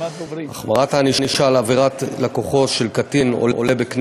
החמרת הענישה על עבירת לקוחו של קטין עולה בקנה